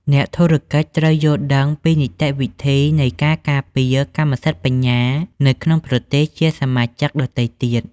អ្នកធុរកិច្ចត្រូវយល់ដឹងពីនីតិវិធីនៃការការពារកម្មសិទ្ធិបញ្ញានៅក្នុងប្រទេសជាសមាជិកដទៃទៀត។